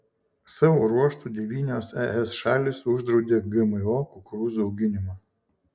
savo ruožtu devynios es šalys uždraudė gmo kukurūzų auginimą